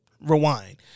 rewind